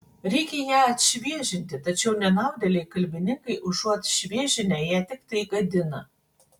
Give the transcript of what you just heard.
reikia ją atšviežinti tačiau nenaudėliai kalbininkai užuot šviežinę ją tiktai gadina